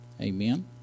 Amen